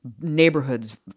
Neighborhoods